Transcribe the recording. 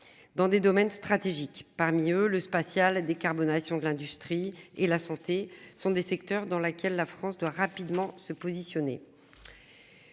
Dans des domaines stratégiques. Parmi eux le spatial décarbonation de l'industrie et la santé sont des secteurs dans laquelle la France doit rapidement se positionner.